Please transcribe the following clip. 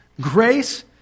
grace